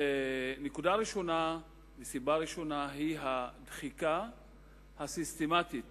נקודה ראשונה, סיבה ראשונה, היא הדחיקה הסיסטמטית